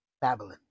Babylon